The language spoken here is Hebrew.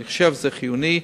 אני חושב שזה חיוני,